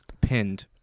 Pinned